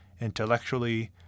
intellectually